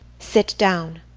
sit down.